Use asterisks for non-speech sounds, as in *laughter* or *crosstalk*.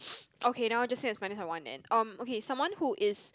*noise* okay now just say at my name at one and um okay someone who is